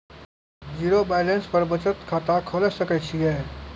Zero balance पर बचत खाता खोले सकय छियै?